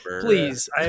Please